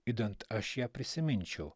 idant aš ją prisiminčiau